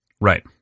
Right